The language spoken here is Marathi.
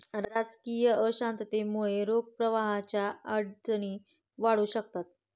राजकीय अशांततेमुळे रोख प्रवाहाच्या अडचणी वाढू शकतात